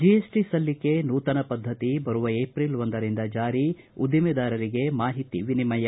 JS T ಸಲ್ಲಿಕೆ ನೂತನ ಪದ್ಧತಿ ಬರುವ ಏಪ್ರಿಲ್ ಒಂದರಿಂದ ಜಾರಿ ಉದ್ದಿಮೆದಾರರಿಗೆ ಮಾಹಿತಿ ವಿನಿಮಯ